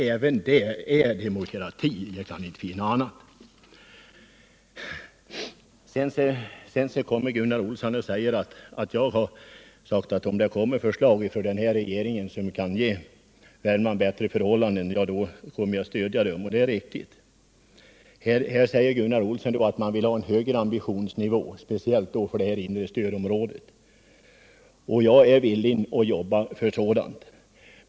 Även det är demokrati. Jag kan inte finna annat. Gunnar Olsson påstår att jag har sagt att jag, om socialdemokraterna lägger fram förslag som kan ge Värmland bättre förhållanden än regeringens, kommer att rösta på dessa förslag. Det är riktigt. Gunnar Olsson säger att socialdemokraterna vill ha en högre ambitionsnivå, speciellt för det inre stödområdet. Jag är villig att jobba för sådant.